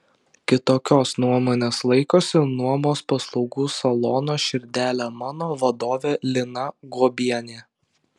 kitokios nuomonės laikosi nuomos paslaugų salono širdele mano vadovė lina guobienė